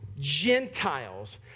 Gentiles